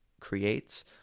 creates